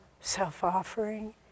self-offering